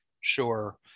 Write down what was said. Sure